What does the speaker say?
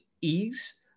ease